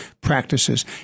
practices